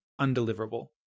undeliverable